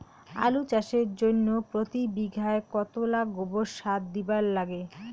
আলু চাষের জইন্যে প্রতি বিঘায় কতোলা গোবর সার দিবার লাগে?